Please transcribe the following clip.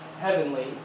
heavenly